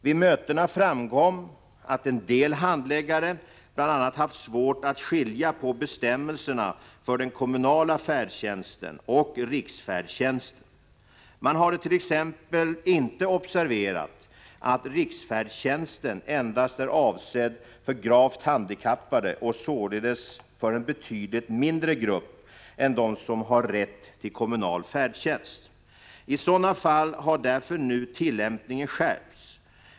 Vid mötena framkom att en del handläggare bl.a. haft svårt att skilja på bestämmelserna för den kommunala färdtjänsten och riksfärdtjänsten. Man hade t.ex. inte observerat att riksfärdtjänsten endast är avsedd för gravt handikappade och således för en betydligt mindre grupp än de som har rätt till kommunal färdtjänst. I sådana fall har därför nu tillämpningen skärpts.